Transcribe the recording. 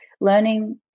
Learning